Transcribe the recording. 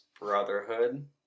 Brotherhood